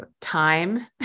time